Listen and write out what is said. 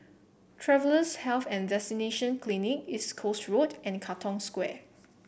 Travellers' Health and Vaccination Clinic East Coast Road and Katong Square